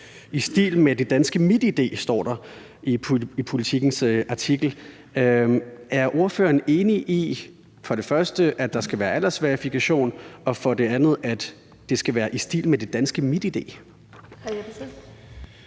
i stil med det danske MitID. Det står der i Politikens artikel. Er ordføreren enig i, for det første at der skal være aldersverifikation, og for det andet at det skal være i stil med det danske MitID? Kl. 17:08